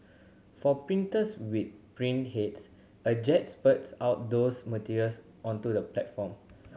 for printers with print heads a jet spurts out those materials onto the platform